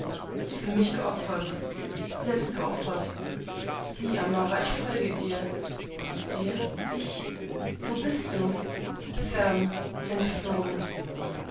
für mich geopfert selbstgeopfert sieh amara ich folge dir dir ich wo bist du fern entflohen